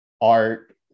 art